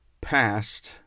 past